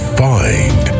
find